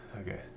Okay